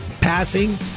passing